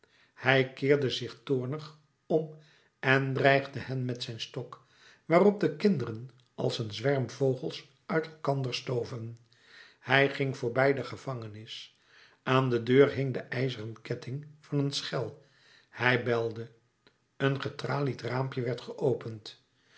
hij keerde zich toornig om en dreigde hen met zijn stok waarop de kinderen als een zwerm vogels uit elkander stoven hij ging voorbij de gevangenis aan de deur hing de ijzeren ketting van een schel hij belde een getralied raampje werd geopend